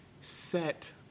set